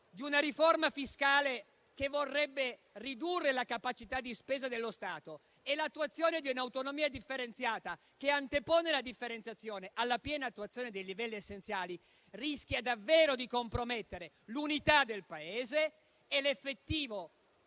di una riforma fiscale che vorrebbe ridurre la capacità di spesa dello Stato e l'attuazione di un'autonomia differenziata che antepone la differenziazione alla piena attuazione dei livelli essenziali rischia davvero di compromettere l'unità del Paese e l'effettivo